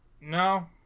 No